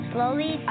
Slowly